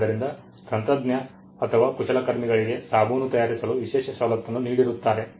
ಆದ್ದರಿಂದ ತಂತ್ರಜ್ಞ ಅಥವಾ ಕುಶಲಕರ್ಮಿಗಳಿಗೆ ಸಾಬೂನು ತಯಾರಿಸಲು ವಿಶೇಷ ಸವಲತ್ತನ್ನು ನೀಡಿರುತ್ತಾರೆ